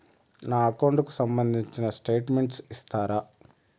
నా అకౌంట్ కు సంబంధించిన స్టేట్మెంట్స్ ఇస్తారా